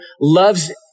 loves